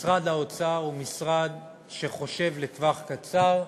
משרד האוצר הוא משרד שחושב לטווח קצר,